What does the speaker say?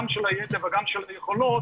גם של הידע וגם של היכולות,